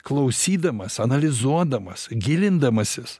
klausydamas analizuodamas gilindamasis